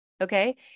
Okay